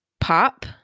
pop